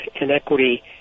inequity